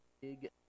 Big